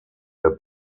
der